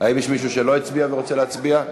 האם יש מישהו שלא הצביע ורוצה להצביע?